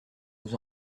vous